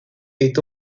est